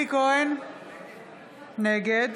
נגד